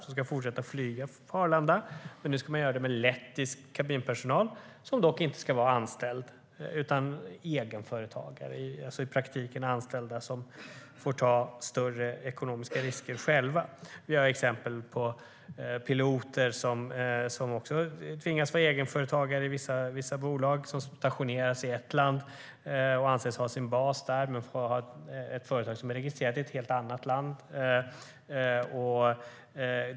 Det ska fortsätta att flyga på Arlanda men nu med lettisk kabinpersonal som dock inte ska vara anställd utan vara egenföretagare. I praktiken är det alltså de anställda som får ta större ekonomiska risker. Vi har exempel på piloter som i vissa bolag tvingas vara egenföretagare. De stationeras i ett land och anses ha sin bas där men får ha ett företag som är registrerat i ett helt annat land.